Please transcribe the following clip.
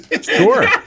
sure